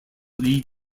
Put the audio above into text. lead